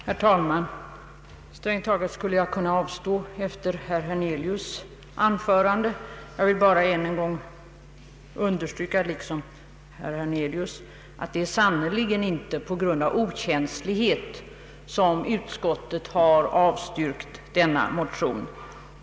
Herr talman! Efter herr Hernelius” anförande skulle jag strängt taget kunna avstå från att yttra mig. Jag vill bara, liksom herr Hernelius, än en gång understryka att det sannerligen inte är på grund av okänslighet som utskottet har avstyrkt denna motion.